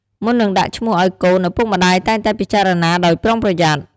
មុននឹងដាក់ឈ្មោះឲ្យកូន ឪពុកម្តាយតែងតែពិចារណាដោយប្រុងប្រយ័ត្ន។